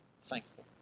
thankful